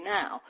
now